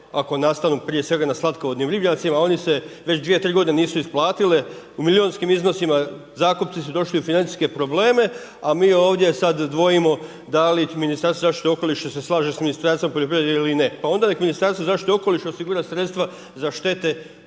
ako nastanu prije svega na slatkovodnim ribnjacima, a one se već 2-3 godine nisu isplatile u milionskim iznosima zakupci su došli u financijske probleme, a mi ovdje sad dvojimo da li Ministarstvo zaštite okoliša se slaže sa Ministarstvom poljoprivrede ili ne, pa onda nek Ministarstvo zaštite okoliša osigura sredstva za štete